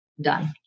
done